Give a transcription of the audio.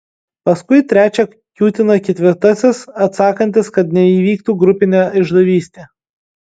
paskui trečią kiūtina ketvirtasis atsakantis kad neįvyktų grupinė išdavystė